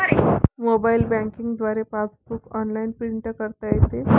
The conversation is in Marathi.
मोबाईल बँकिंग द्वारे पासबुक ऑनलाइन प्रिंट करता येते